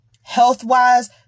health-wise